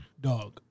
Dog